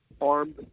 armed